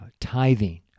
tithing